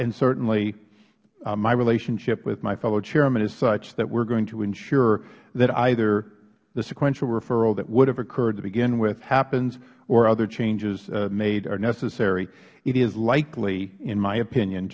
and certainly my relationship with my fellow chairman is such that we are going to ensure that either the sequential referral that would have occurred to begin with happens or other changes made are necessary it is likely in my opinion